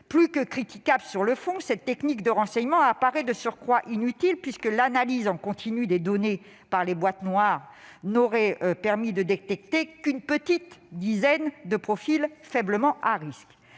Plus que critiquable sur le fond, cette technique apparaît de surcroît inutile, puisque l'analyse en continu des données par les boîtes noires n'aurait permis de détecter qu'une petite dizaine de profils faiblement à risque.